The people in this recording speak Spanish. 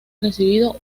recibido